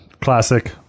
classic